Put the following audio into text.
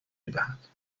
میدهد